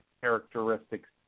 characteristics